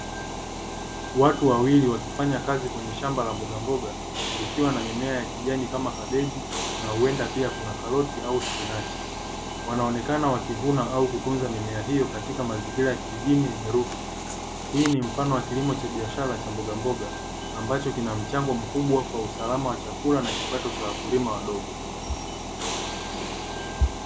Watu wawili wakifanya kazi kwenye shamba la mbogamboga, likiwa na mimea ya kijani kama kabeji na huenda pia kuna karoti au spinachi. Wanaonekana wakivuna au kutunza mimea hiyo katika mazingira ya kijijini yenye rurtuba. Hii ni mfano wa kilimo cha biashara cha mbogamboga, ambacho kina mchango mkubwa kwa usalama wa chakula na kipato cha wakulima wadogo.